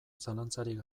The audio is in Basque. zalantzarik